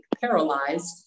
paralyzed